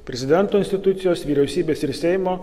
prezidento institucijos vyriausybės ir seimo